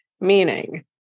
meaning